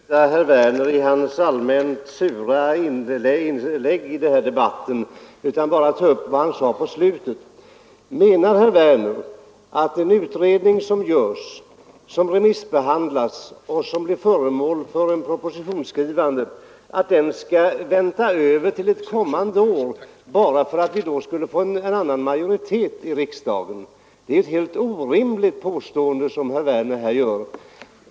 Fru talman! Jag tänker inte bemöta herr Werners i Malmö allmänt sura inlägg i debatten utan bara ta upp vad han sade på slutet. Menar herr Werner att en utredning som görs, som remissbehandlas och som läggs till grund för en proposition skall stå över till ett kommande år bara för att vi då har en annan majoritet i riksdagen! Det är ett orimligt påstående som herr Werner gör.